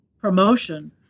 promotion